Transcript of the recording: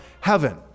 heaven